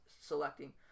selecting